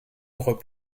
robe